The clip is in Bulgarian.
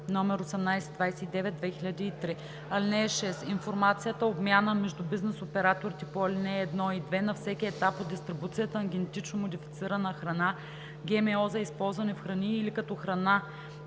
№ 1829/2003. (6) Информацията, обменяна между бизнес операторите по ал. 1 и 2, на всеки етап от дистрибуцията на генетично модифицирана храна, ГМО за използване в храни или като храна